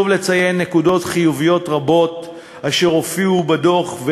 חשוב לציין נקודות חיוביות רבות אשר הופיעו בדוח,